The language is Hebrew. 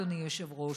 אדוני היושב-ראש,